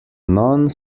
none